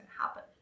happen